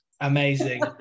Amazing